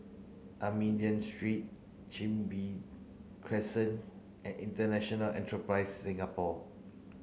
Armenian Street Chin Bee Crescent and International Enterprise Singapore